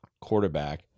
quarterback